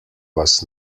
was